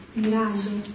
mirage